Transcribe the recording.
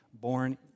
born